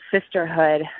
sisterhood